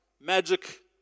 Magic